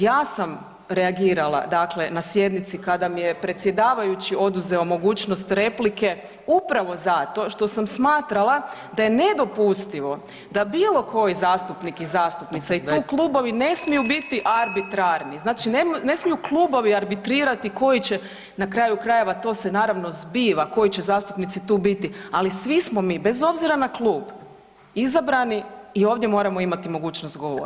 Ja sam reagirala, dakle na sjednici kada mi je predsjedavajući oduzeo mogućnost replike upravo zato što sam smatrala da je nedopustivo da bilo koji zastupnik i zastupnica i tu klubovi ne smiju biti arbitrarni, znači ne smiju klubovi arbitrirati koji će, na kraju krajeva to se naravno zbiva, koji će zastupnici tu biti, ali svi smo mi bez obzira na klub izabrani i ovdje moramo imati mogućnost govoriti.